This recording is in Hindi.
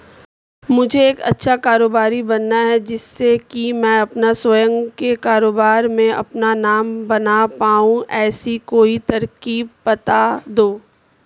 मुझे एक अच्छा कारोबारी बनना है जिससे कि मैं अपना स्वयं के कारोबार में अपना नाम बना पाऊं ऐसी कोई तरकीब पता दो?